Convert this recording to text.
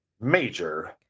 major